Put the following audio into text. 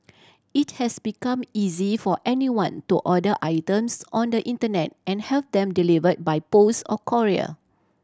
it has become easy for anyone to order items on the Internet and have them deliver by post or courier